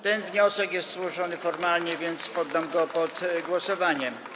Ten wniosek jest złożony formalnie, więc poddam go pod głosowanie.